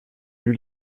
eut